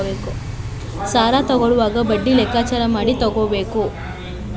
ಸಾಲ ತಕ್ಕೊಳ್ಳೋವಾಗ ಬಡ್ಡಿ ಲೆಕ್ಕಾಚಾರ ಮಾಡಿ ತಕ್ಕೊಬೇಕು